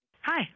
Hi